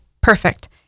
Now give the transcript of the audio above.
Perfect